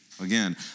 Again